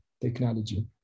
technology